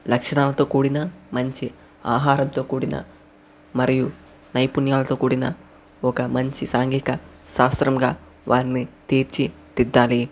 లక్షణాలతో కూడిన మంచి ఆహారంతో కూడిన మరియు నైపుణ్యాలతో కూడిన ఒక మంచి సాంఘిక శాస్త్రముగా వారిని తీర్చిదిద్దాలి